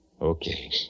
Okay